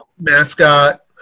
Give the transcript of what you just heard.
mascot